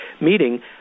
meeting